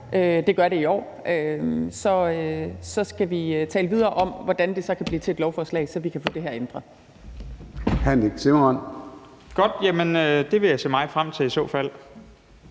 det gør det i år – så skal vi tale videre om, hvordan det så kan blive til et lovforslag, så vi kan få det her ændret.